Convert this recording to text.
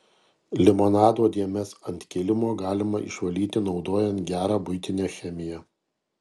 limonado dėmes ant kilimo galima išvalyti naudojant gerą buitinę chemiją